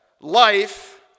life